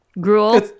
gruel